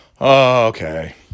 Okay